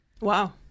Wow